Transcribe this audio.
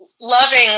loving